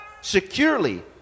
securely